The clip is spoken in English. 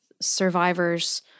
survivors